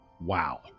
wow